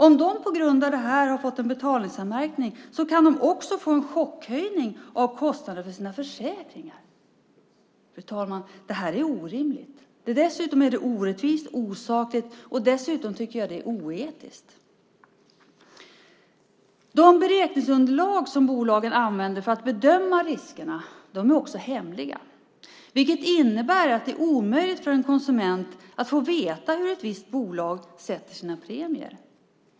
Om de på grund av det har fått en betalningsanmärkning kan de också få en chockhöjning av kostnaden för sina försäkringar. Fru talman! Detta är orimligt! Dessutom är det orättvis och osakligt. Det är också, tycker jag, oetiskt. De beräkningsunderlag som bolagen använder för att bedöma riskerna är hemliga, vilket innebär att det är omöjligt för en konsument att få veta hur ett visst bolag sätter sina premier.